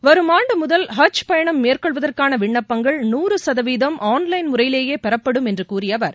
வரும் ஆண்டு முதல் ஹஜ் பயணம் மேற்கொள்வதற்னன விண்ணப்பங்கள் நூறு சதவிகிதம் ஆன் லைன் முறையிலேயே பெறப்படும் என்று கூறிய அவர்